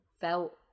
felt